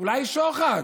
אולי שוחד.